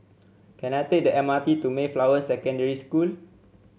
can I take the M R T to Mayflower Secondary School